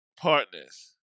Partners